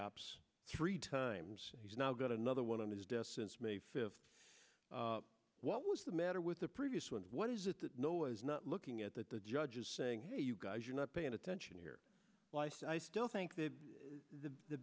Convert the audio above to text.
opsy three times he's now got another one on his desk since may fifth what was the matter with the previous one what is it that no is not looking at that the judge is saying hey you guys you're not paying attention here i still think that the